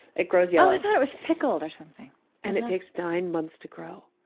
it grows yellow oh, i thought it was pickled or something and it takes nine months to grow.